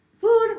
Food